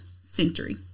century